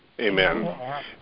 Amen